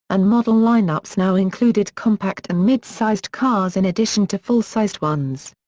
and model lineups now included compact and mid-sized cars in addition to full-sized ones.